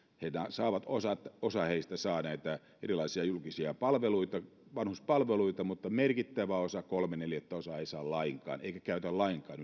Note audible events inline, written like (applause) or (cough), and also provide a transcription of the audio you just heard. osa osa heistä saa näitä erilaisia julkisia palveluita vanhuspalveluita mutta merkittävä osa kolme neljäsosaa yli seitsemänkymmentäviisi vuotiaista ei saa lainkaan eikä käytä lainkaan (unintelligible)